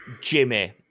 Jimmy